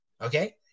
Okay